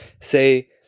say